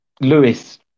Lewis